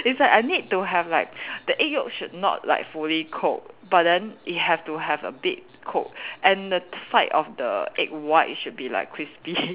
it's like I need to have like the egg yolk should like fully cooked but then it have to have a bit cooked and the sides of the egg white should be like crispy